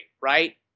right